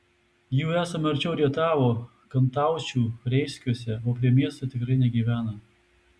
jų esama arčiau rietavo kantaučių reiskiuose o prie miesto tikrai negyvena